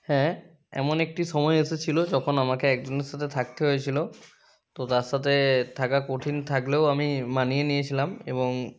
হ্যাঁ এমন একটি সময় এসেছিল যখন আমাকে একজনের সাথে থাকতে হয়েছিল তো তার সাথে থাকা কঠিন থাকলেও আমি মানিয়ে নিয়েছিলাম এবং